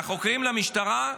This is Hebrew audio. לחוקרים, למשטרה.